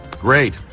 Great